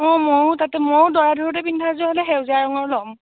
অঁ ময়ো তাতে ময়ো দৰা ধৰোতে পিন্ধাযোৰ হ'লে সেউজীয়া ৰঙৰ ল'ম